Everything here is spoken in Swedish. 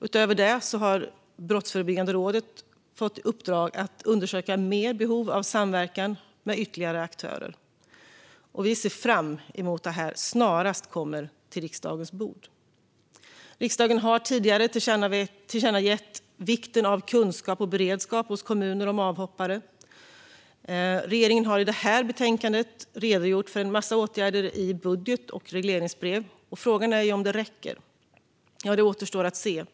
Utöver det har Brottsförebyggande rådet fått i uppdrag att undersöka behovet av samverkan med ytterligare aktörer. Vi ser fram emot att detta snarast kommer till riksdagens bord. Riksdagen har tidigare tillkännagett vikten av kunskap och beredskap hos kommuner om avhoppare. I betänkandet kan man läsa om en massa åtgärder som regeringen vidtagit i budget och regleringsbrev. Frågan är om det räcker. Det återstår att se.